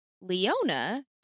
Leona